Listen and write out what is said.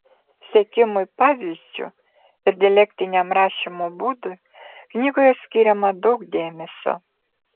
sekimui pavyzdžiu ir dialektiniam rašymo būdui knygoje skiriama daug dėmesio